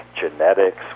genetics